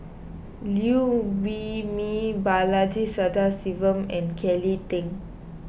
Liew Wee Mee Balaji Sadasivan and Kelly Tang